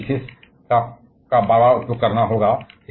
हमें इस विशेष का बार बार उपयोग करना होगा